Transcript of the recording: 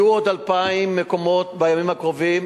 יהיו עוד 2,000 מקומות בימים הקרובים,